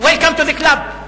Welcome to the club.